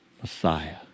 messiah